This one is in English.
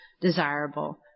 desirable